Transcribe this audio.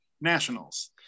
Nationals